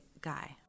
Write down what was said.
guy